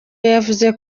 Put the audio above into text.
yavuze